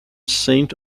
saint